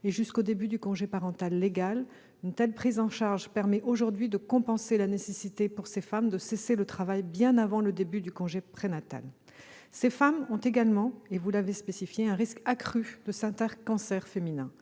et jusqu'au début du congé prénatal légal. Une telle prise en charge permet aujourd'hui de compenser la nécessité pour ces femmes de cesser le travail bien avant le début du congé prénatal. Ces femmes présentent également, et vous l'avez indiqué, un risque accru de développer certains cancers féminins.